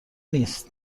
نیست